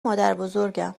مادربزرگم